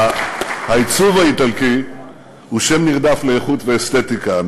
העיצוב האיטלקי הוא שם נרדף לאיכות ואסתטיקה,